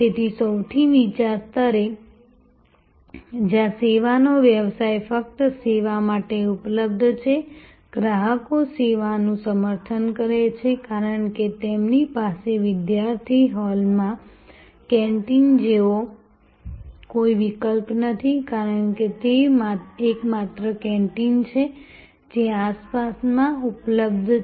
તેથી સૌથી નીચા સ્તરે જ્યાં સેવાનો વ્યવસાય ફક્ત સેવા માટે ઉપલબ્ધ છે ગ્રાહકો સેવાનું સમર્થન કરે છે કારણ કે તેમની પાસે વિદ્યાર્થી હોલમાં કેન્ટીન જેવો કોઈ વિકલ્પ નથી કારણ કે તે એકમાત્ર કેન્ટીન છે જે આસપાસમાં ઉપલબ્ધ છે